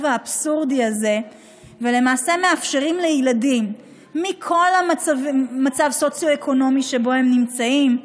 האבסורדי הזה ומאפשרים לילדים בכל מצב סוציו-אקונומי שבו הם נמצאים,